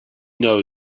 know